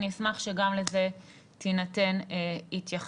אני אשמח שגם לזה תינתן התייחסות.